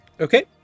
okay